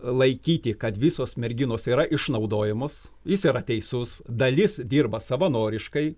laikyti kad visos merginos yra išnaudojamos jis yra teisus dalis dirba savanoriškai